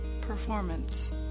performance